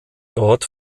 dort